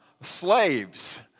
slaves